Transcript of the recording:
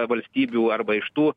valstybių arba iš tų